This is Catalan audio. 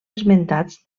esmentats